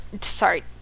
sorry